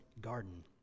garden